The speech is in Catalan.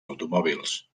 automòbils